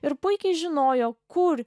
ir puikiai žinojo kur